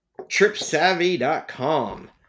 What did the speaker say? Tripsavvy.com